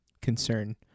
concern